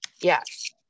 Yes